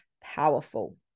powerful